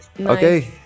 Okay